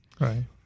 Right